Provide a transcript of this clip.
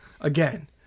again